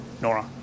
Nora